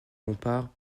bompard